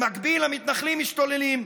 במקביל, המתנחלים משתוללים.